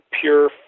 pure